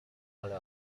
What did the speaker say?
ale